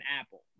Apple